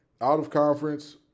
Out-of-conference